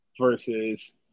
versus